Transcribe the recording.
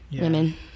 women